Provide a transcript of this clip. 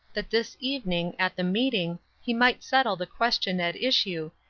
that this evening, at the meeting, he might settle the question at issue,